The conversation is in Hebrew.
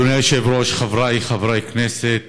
אדוני היושב-ראש, חברי חברי הכנסת,